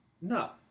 No